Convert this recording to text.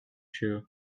true